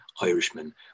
Irishman